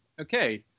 Okay